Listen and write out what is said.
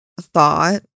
thought